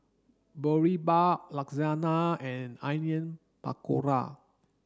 Boribap Lasagna and Onion Pakora